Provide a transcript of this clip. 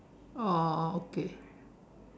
oh oh okay